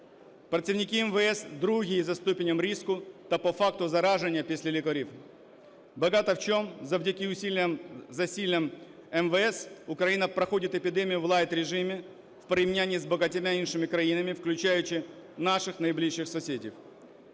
Працівники МВС – другі за ступенем ризику та по факту зараження після лікарів. Багато в чому завдяки зусиллям МВС Україна проходить епідемію в лайт-режимі в порівнянні з багатьма іншими країнами, включаючи наших найближчих сусідів.